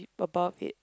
above it